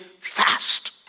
fast